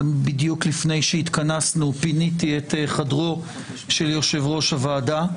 בדיוק לפני שהתכנסנו פיניתי את חדרו של יושב-ראש הוועדה.